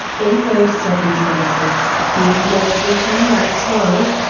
in those circumstances, he invariably turned out stories,